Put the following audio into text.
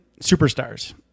superstars